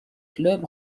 clubs